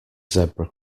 zebra